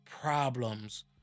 problems